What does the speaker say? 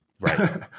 Right